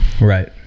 Right